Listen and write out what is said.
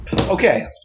okay